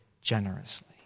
generously